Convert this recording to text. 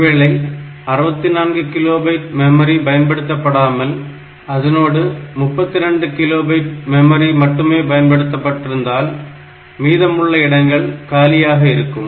ஒருவேளை 64 kilobyte memory பயன்படுத்தாமல் அதனோடு 32 கிலோ பைட் மெமரி பயன்படுத்தப்பட்டிருந்தால் மீதமுள்ள இடங்கள் காலியாக இருக்கும்